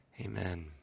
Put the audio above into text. Amen